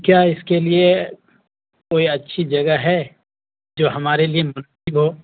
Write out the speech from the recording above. کیا اس کے لیے کوئی اچھی جگہ ہے جو ہمارے لیے مسب ہو